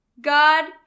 God